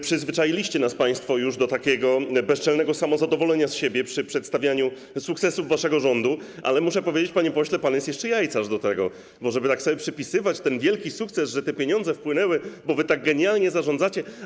Przyzwyczailiście nas państwo już do takiego bezczelnego samozadowolenia przy przedstawianiu sukcesów waszego rządu, ale muszę powiedzieć, panie pośle, że pan jest jeszcze jajcarz do tego, bo żeby tak sobie przypisywać ten wielki sukces, że te pieniądze wpłynęły, bo wy tak genialnie zarządzacie.